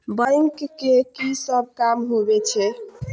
Bank के की सब काम होवे छे?